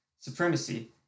supremacy